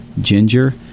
ginger